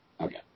Okay